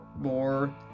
more